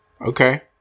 Okay